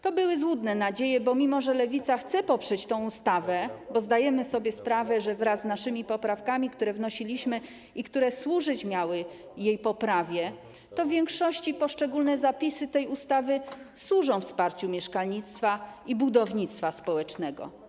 To były złudne nadzieje, mimo że Lewica chce poprzeć tę ustawę, bo zdajemy sobie sprawę, że wraz z naszymi poprawkami, które wnosiliśmy i które miały służyć jej poprawie, w większości poszczególne zapisy tej ustawy służą wsparciu mieszkalnictwa i budownictwa społecznego.